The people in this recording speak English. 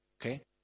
Okay